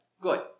Good